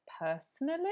personally